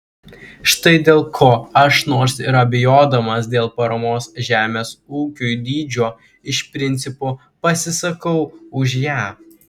štai dėl ko aš nors ir abejodamas dėl paramos žemės ūkiui dydžio iš principo pasisakau už ją